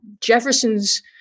Jefferson's